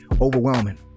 overwhelming